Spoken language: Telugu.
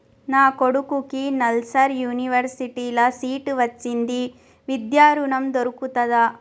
నా కొడుకుకి నల్సార్ యూనివర్సిటీ ల సీట్ వచ్చింది విద్య ఋణం దొర్కుతదా?